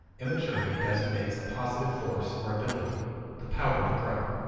immaturity designates a positive force or ability the pouter to grow.